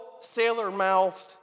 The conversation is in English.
sailor-mouthed